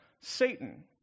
Satan